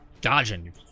dodging